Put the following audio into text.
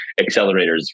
accelerators